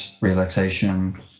relaxation